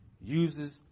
uses